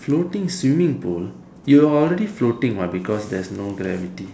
floating swimming pool you already floating what because there's no gravity